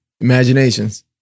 imaginations